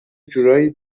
جورایی